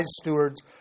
stewards